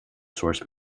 source